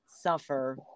suffer